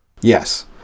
Yes